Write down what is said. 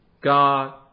God